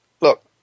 look